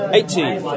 Eighteen